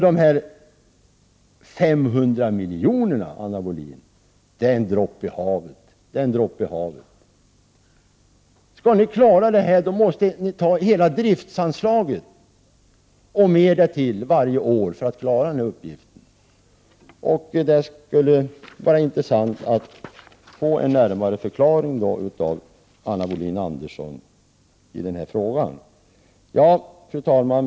De 500 miljonerna, Anna Wohlin-Andersson, är en droppe i havet. Skall ni klara denna uppgift, måste ni ta hela driftsanslaget och mer därtill varje år. Det skulle vara intressant att få en närmare förklaring av Anna Wohlin-Andersson i denna fråga. Fru talman!